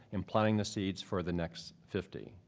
and planting the seeds for the next fifty.